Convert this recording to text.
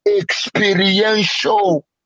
experiential